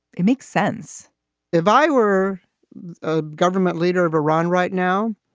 it makes sense if i were a. government leader of iran right now.